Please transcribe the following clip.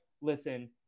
listen